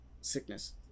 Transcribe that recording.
sickness